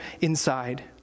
inside